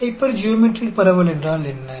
hypergeometric பரவல் என்றால் என்ன